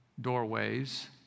doorways